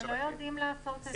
אנחנו לא יודעים לעשות את זה.